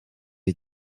est